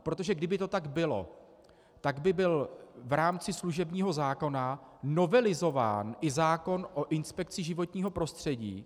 Protože kdyby to tak bylo, tak by byl v rámci služebního zákona novelizován i zákon o inspekci životního prostředí.